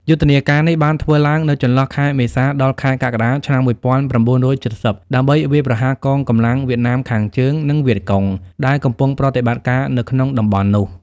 យុទ្ធនាការនេះបានធ្វើឡើងនៅចន្លោះខែមេសាដល់ខែកក្កដា ឆ្នាំ ១៩៧០ ដើម្បីវាយប្រហារកងកម្លាំងវៀតណាមខាងជើង និងវៀតកុង ដែលកំពុងប្រតិបត្តិការនៅក្នុងតំបន់នោះ។